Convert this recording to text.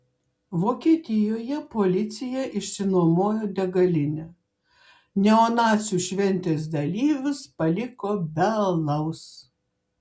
vokietijoje policija išsinuomojo degalinę neonacių šventės dalyvius paliko be alaus